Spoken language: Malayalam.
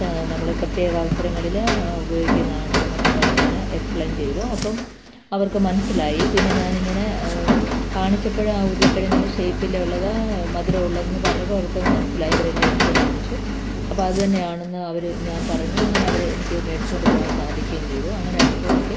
നമ്മൾ പ്രത്യേക അവസരങ്ങളിൽ ഉപയോഗിക്കുന്നതാണ് എന്നൊക്കെ പറഞ്ഞ് ഇങ്ങനെ എക്സ്പ്ലൈൻ ചെയ്തു അപ്പം അവർക്ക് മനസ്സിലായി പിന്നെ ഞാൻ ഇങ്ങനെ കാണിച്ചപ്പോഴ് ആ ഉരുളക്കിഴങ്ങിൻ്റെ ഷേപ്പിലുള്ളത് മധുരം ഉള്ളത് എന്ന് പറഞ്ഞപ്പോൾ അവർക്ക് അത് മനസ്സിലായി അവർ എന്നെ എടുത്ത് കാണിച്ചു അപ്പോൾ അത് തന്നെയാണെന്ന് അവർ ഞാൻ പറഞ്ഞു അങ്ങനെ അവർ എനിക്ക് മേടിച്ചുകൊണ്ട് പോവാൻ സാധിക്കുകയും ചെയ്തു അങ്ങനെ അനുഭവം എനിക്ക്